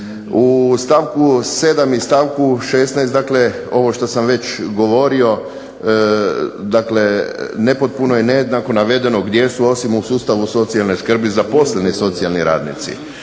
U stavku 7. i stavku 16., dakle ovo što sam već govorio dakle nepotpuno i nejednako navedeno gdje su osim u sustavu socijalne skrbi zaposleni socijalni radnici